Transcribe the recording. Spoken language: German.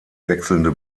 wechselnde